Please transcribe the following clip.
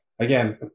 Again